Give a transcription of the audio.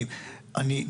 כי אני,